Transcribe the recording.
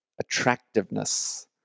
attractiveness